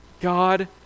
God